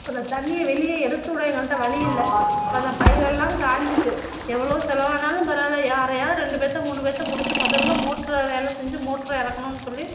அப்போ அந்த தண்ணியை வெளியே எடுத்துவிட எங்ககிட்ட வழி இல்லை ப அந்த பயிரெல்லாம் காய்ஞ்சிச்சு எவ்வளோ செலவானாலும் பரவாயில்ல யாரையாவது ரெண்டுப் பேத்த மூணுப் பேத்த பிடிச்சி முதல்ல மோட்டரை வேலை செஞ்சு மோட்டரை இறக்கணுன் சொல்லி